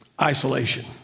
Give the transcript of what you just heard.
Isolation